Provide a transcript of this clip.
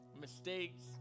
mistakes